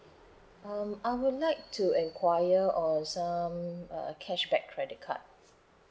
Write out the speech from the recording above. um I would like to enquire uh some uh cashback credit card